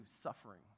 suffering